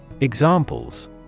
examples